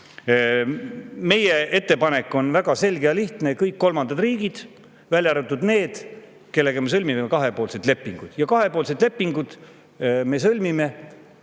Meie ettepanek on väga selge ja lihtne: kõik kolmandad riigid, välja arvatud need, kellega me sõlmime kahepoolsed lepingud. Kahepoolsed lepingud me sõlmime